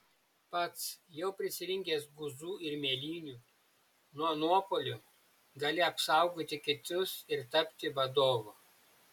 pats jau prisirinkęs guzų ir mėlynių nuo nuopuolių gali apsaugoti kitus ir tapti vadovu